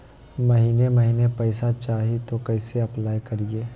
महीने महीने पैसा चाही, तो कैसे अप्लाई करिए?